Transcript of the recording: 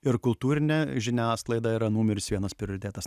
ir kultūrinė žiniasklaida yra numeris vienas prioritetas